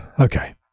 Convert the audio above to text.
Okay